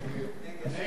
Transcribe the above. נגד.